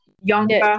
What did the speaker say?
younger